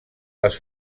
les